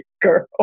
girl